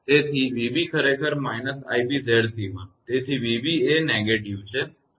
તેથી 𝑣𝑏 ખરેખર −𝑖𝑏𝑍𝑐1 તેથી 𝑣𝑏 એ negativeનકારાત્મક છે